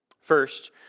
First